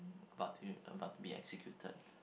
about to b~ about to be executed